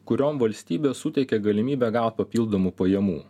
kuriom valstybė suteikė galimybę gaut papildomų pajamų